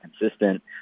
consistent